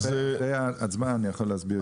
אחרי ההצבעה אני יכול להסביר.